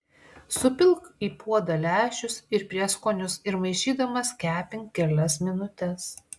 supilk į puodą lęšius ir prieskonius ir maišydamas kepink kelias minutes